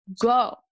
go